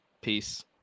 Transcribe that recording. peace